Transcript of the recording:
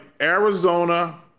Arizona